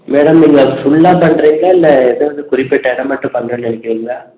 madam இங்கே புல்லாக பண்ணுறீங்களா இல்லை எதாவது குறிப்பிட்ட இடோம் மட்டும் பண்ணுறேனு இருக்கீங்ளா